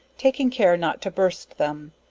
taking care not to burst them,